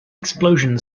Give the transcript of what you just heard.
explosion